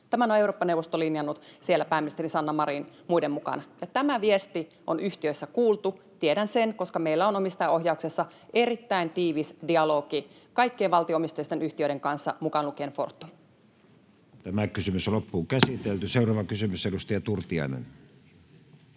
Tämän on Eurooppa-neuvosto linjannut, siellä pääministeri Sanna Marin muiden mukana, ja tämä viesti on yhtiöissä kuultu. Tiedän sen, koska meillä on omistajaohjauksessa erittäin tiivis dialogi kaikkien valtio-omisteisten yhtiöiden kanssa, mukaan lukien Fortum. [Speech 68] Speaker: Matti Vanhanen